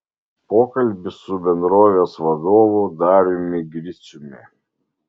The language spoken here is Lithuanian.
pokalbis su bendrovės vadovu dariumi griciumi